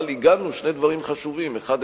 אבל עיגנו שני דברים חשובים: האחד,